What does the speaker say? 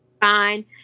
fine